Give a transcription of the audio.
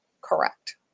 correct